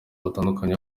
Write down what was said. batandukanye